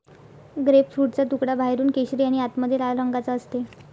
ग्रेपफ्रूटचा तुकडा बाहेरून केशरी आणि आतमध्ये लाल रंगाचा असते